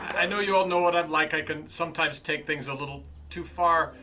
i know you all know what i'm like, i can sometimes take things a little too far,